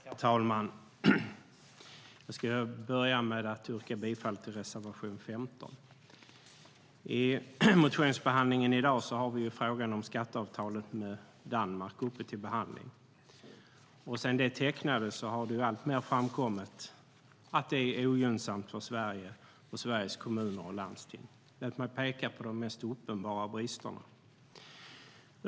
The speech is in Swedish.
Herr talman! Jag yrkar bifall till reservation 15. I motionsbehandlingen i dag har vi frågan om skatteavtalet med Danmark uppe till behandling. Sedan det tecknades har det alltmer framkommit att det är ogynnsamt för Sverige och Sveriges kommuner och landsting. Låt mig peka på de mest uppenbara bristerna.